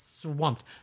swamped